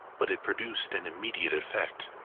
but it produced an immediate effect.